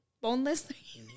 Boneless